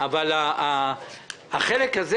אבל החלק הזה,